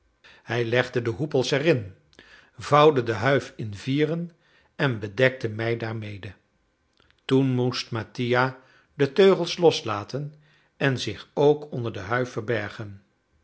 hij legde de hoepels erin vouwde de huif in vieren en bedekte mij daarmede toen moest mattia de teugels loslaten en zich ook onder de huif verbergen